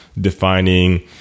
defining